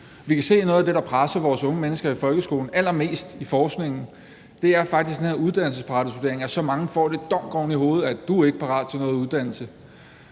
se, at noget af det, der presser vores unge mennesker i folkeskolen allermest, er den her uddannelsesparathedsvurdering, altså at så mange får et dunk oven i hovedet med, at du ikke er parat til noget uddannelse.